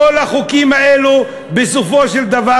כל החוקים האלו בסופו של דבר,